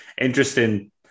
interesting